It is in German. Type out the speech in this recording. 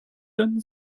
dann